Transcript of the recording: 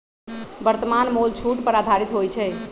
वर्तमान मोल छूट पर आधारित होइ छइ